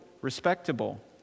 respectable